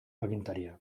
agintaria